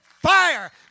fire